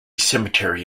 cemetery